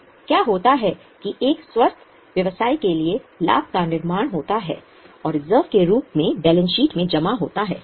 तो क्या होता है कि एक स्वस्थ व्यवसाय के लिए लाभ का निर्माण होता है और रिजर्व के रूप में बैलेंस शीट में जमा होता है